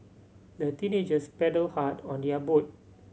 the teenagers paddled hard on their boat